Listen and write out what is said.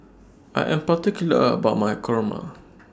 I Am particular about My Kurma